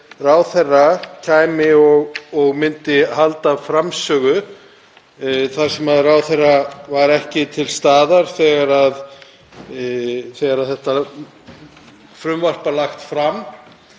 ráðherra kæmi og héldi framsögu þar sem ráðherra var ekki til staðar þegar þetta frumvarp var lagt fram